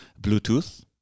Bluetooth